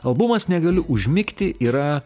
albumas negaliu užmigti yra